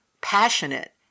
passionate